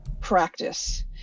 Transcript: practice